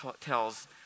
tells